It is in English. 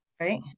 Right